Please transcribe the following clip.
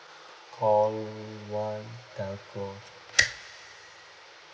call one telco